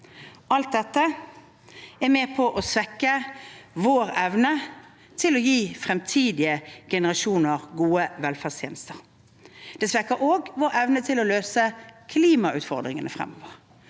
Alt dette er med på å svekke vår evne til å gi fremtidige generasjoner gode velferdstjenester. Det svekker også vår evne til å løse klimautfordringene fremover,